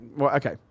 Okay